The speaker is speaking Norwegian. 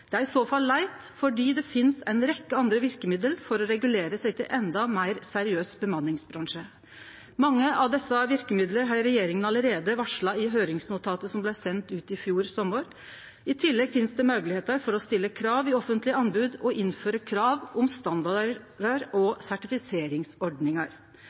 Det er i så fall leitt, for det finst ei rekkje andre verkemiddel for å regulere seg til ein enda meir seriøs bemanningsbransje. Mange av desse verkemidla har regjeringa allereie varsla i høyringsnotatet som blei sendt ut i fjor sommar. I tillegg finst det moglegheiter for å stille krav i offentlege anbod og innføre krav om